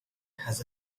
has